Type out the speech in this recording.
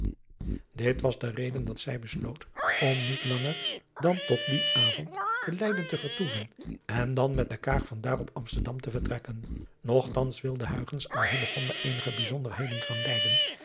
it was de reden dat zij besloot om niet langer dan tot dien avond te eyden te vertoeven en dan met de aag van daar op msterdam te vertrekken ogtans wilde aan eenige bijzonderheden van eyden